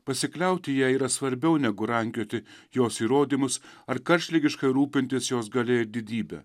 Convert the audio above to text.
pasikliauti ja yra svarbiau negu rankioti jos įrodymus ar karštligiškai rūpintis jos galėjo didybę